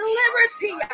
liberty